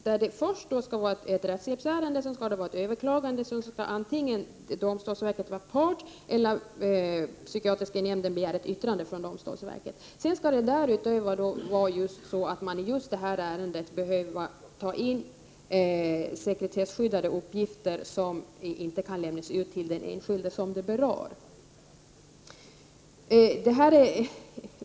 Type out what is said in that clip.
Först skall det vara ett rättshjälpsärende, sedan skall det ske ett överklagande, sedan skall antingen domstolsverket vara part eller också skall psykiatriska nämnden begära in yttrande från domstolsverket. Sedan skall det därutöver vara så att man just i detta ärende behöver ta in sekretesskyddade uppgifter som inte kan lämnas ut till den enskilde som de berör.